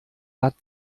bad